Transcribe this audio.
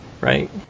right